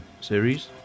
series